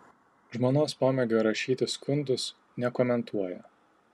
žmonos pomėgio rašyti skundus nekomentuoja